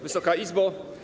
Wysoka Izbo!